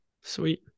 Sweet